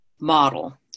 model